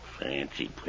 Fancy